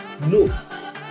no